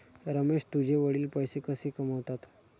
रमेश तुझे वडील पैसे कसे कमावतात?